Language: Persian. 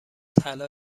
طلا